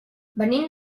venim